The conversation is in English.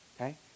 Okay